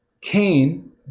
Cain